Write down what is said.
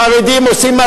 אפשר